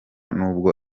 nubwo